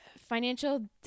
financial